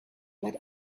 but